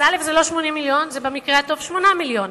אז זה לא 80 מיליון, זה במקרה הטוב 8 מיליון.